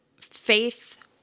Faith